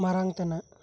ᱢᱟᱨᱟᱝ ᱛᱮᱱᱟᱜ